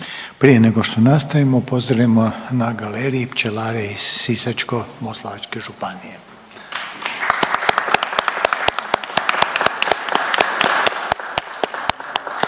Prije nego što nastavimo pozdravimo na galeriji pčelare iz Sisačko-moslavačke županije.